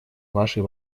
вашей